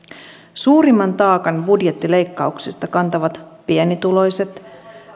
suurimman taakan budjettileikkauksista kantavat pienituloiset